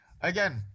Again